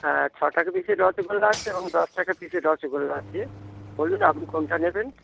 হ্যাঁ ছ টাকা পিসের রসগোল্লা আছে এবং দশ টাকা পিসের রসগোল্লা আছে বলুন আপনি কোনটা নেবেন